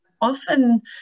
often